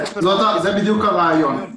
זה בדיוק הרעיון.